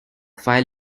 file